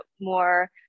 more